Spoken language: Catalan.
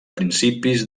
principis